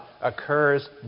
occurs